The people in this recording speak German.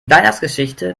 weihnachtsgeschichte